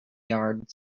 yard